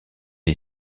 est